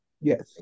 Yes